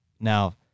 Now